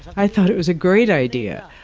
i thought it was a great idea.